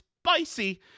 Spicy